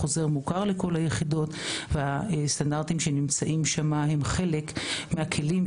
החוזר מוכר לכל היחידות והסטנדרטים שנמצאים שם הם חלק מהכלים,